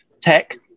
tech